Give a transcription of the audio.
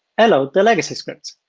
i load the legacy scripts.